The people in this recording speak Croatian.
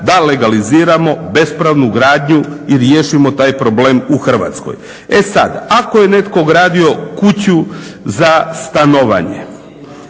da legaliziramo bespravnu gradnju i riješimo taj problem u Hrvatskoj. E sad, ako je netko gradio kuću za stanovanje,